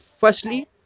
firstly